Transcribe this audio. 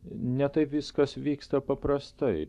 ne taip viskas vyksta paprastai